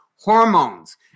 hormones